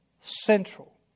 central